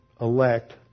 elect